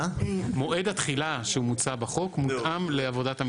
מועד התחילה שמוצע בחוק הוא מותאם לעבודת,